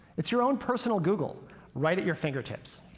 it's your own personal google right at your fingertips.